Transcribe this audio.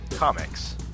Comics